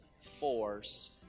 force